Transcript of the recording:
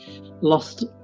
lost